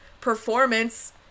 performance